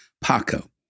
Paco